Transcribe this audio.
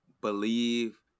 believe